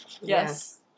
Yes